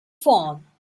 phone